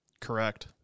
Correct